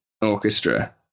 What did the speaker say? orchestra